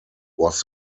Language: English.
was